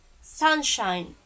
sunshine